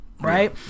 right